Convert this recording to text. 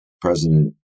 president